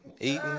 eating